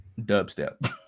dubstep